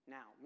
Now